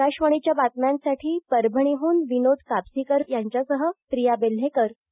आकाशवाणीच्या बातम्यांसाठी परभणीहून विनोद कापसीकर यांच्यासह प्रिया बेल्हेकर पुणे